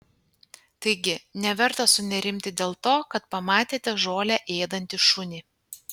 taigi neverta sunerimti dėl to kad pamatėte žolę ėdantį šunį